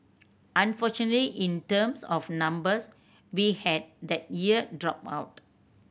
unfortunately in terms of numbers we had that year drop out